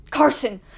Carson